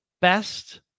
best